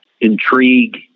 intrigue